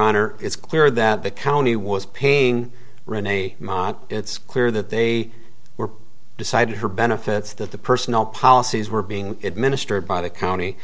honor it's clear that the county was paying rent a mob it's clear that they were decided her benefits that the personnel policies were being administered by the county